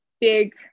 big